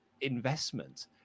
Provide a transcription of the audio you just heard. investment